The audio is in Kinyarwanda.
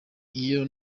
iyo